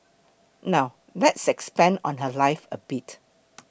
now let's expand on her life a bit